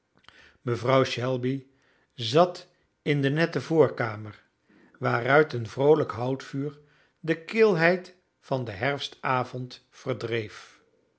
mevrouw shelby zat in de nette voorkamer waaruit een vroolijk houtvuur de kilheid van den herfstavond verdreef